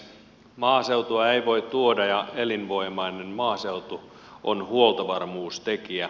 maaseutua ei voi tuoda ja elinvoimainen maaseutu on huoltovarmuustekijä